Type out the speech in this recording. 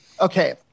Okay